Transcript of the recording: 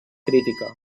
crítica